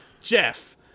Jeff